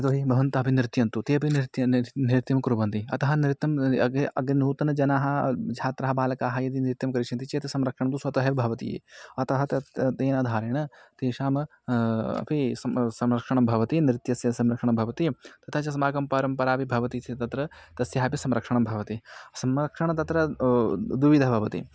यतो हि भवन्तः अपि नृत्यन्तु तेऽपि नृत्यं निर्तनं नृत्यं कुर्वन्ति अतः नृत्यम् अग्रे नूतनजनाः छात्राः बालकाः यदि नृत्यं करिष्यन्ति चेत् संरक्षणं तु स्वतः एव भवति अतः तत् तेनाधारेण तेषाम् अपि सं संरक्षणं भवति नृत्यस्य संरक्षणं भवति तथा च अस्माकं परम्परापि भवति चेत् तत्र तस्यापि संरक्षणं भवति संरक्षणं तत्र द्विविधं भवति